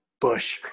Bush